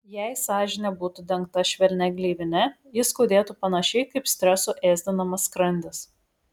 jei sąžinė būtų dengta švelnia gleivine ji skaudėtų panašiai kaip stresų ėsdinamas skrandis